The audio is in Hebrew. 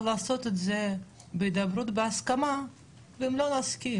לעשות את זה בהדברות בהסכמה ואם לא נסכים,